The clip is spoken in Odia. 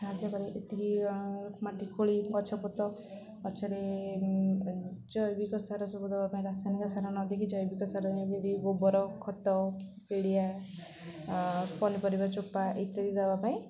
ସାହାଯ୍ୟ କରି ଏତିକି ମାଟି ଖୋଳି ଗଛପତ୍ର ଗଛରେ ଜୈବିକ ସାର ସବୁ ଦେବା ପାଇଁ ରାସାୟନିକ ସାର ନ ଦେଇକି ଜୈବିକ ସାର ଯେମିତି ଗୋବର ଖତ ପିଡ଼ିଆ ପନିପରିବା ଚୋପା ଇତ୍ୟାଦି ଦେବା ପାଇଁ